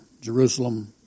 Jerusalem